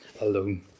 alone